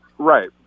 Right